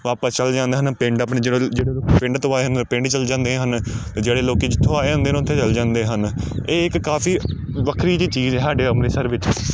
ਵਾਪਸ ਚੱਲ ਜਾਂਦੇ ਹਨ ਪਿੰਡ ਆਪਣੇ ਪਿੰਡ ਤੋਂ ਆਏ ਹੁੰਦੇ ਪਿੰਡ ਚੱਲ ਜਾਂਦੇ ਹਨ ਜਿਹੜੇ ਲੋਕੀ ਜਿੱਥੋਂ ਆਏ ਹੁੰਦੇ ਨੇ ਉੱਥੇ ਚੱਲ ਜਾਂਦੇ ਹਨ ਇਹ ਇੱਕ ਕਾਫੀ ਵੱਖਰੀ ਜਿਹੀ ਚੀਜ਼ ਆ ਸਾਡੇ ਅੰਮ੍ਰਿਤਸਰ ਵਿੱਚ